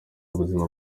ubuzima